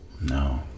No